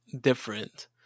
different